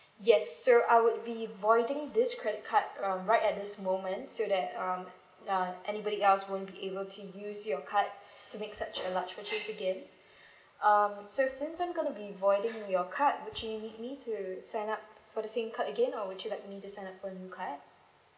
yes so I would be voiding this credit card um right at this moment so that um uh anybody else won't be able to use your card to make such a large purchase again um so since I'm going to be voiding your card would you need me to sign up for the same card again or would you like me to sign up for new card